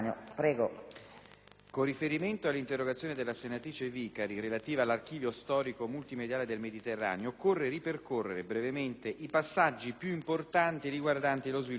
con riferimento all'interrogazione della senatrice Vicari relativa all'Archivio storico multimediale del Mediterraneo, occorre ripercorrere, brevemente, i passaggi più importanti riguardanti lo sviluppo del progetto.